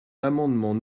l’amendement